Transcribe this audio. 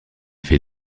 fait